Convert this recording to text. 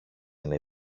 είναι